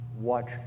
watch